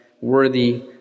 worthy